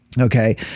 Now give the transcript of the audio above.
Okay